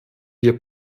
wir